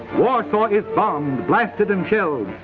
warsaw is bombed, blasted and shelled.